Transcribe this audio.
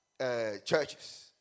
churches